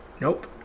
Nope